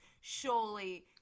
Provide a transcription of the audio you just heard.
Surely